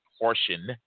portion